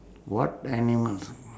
what animal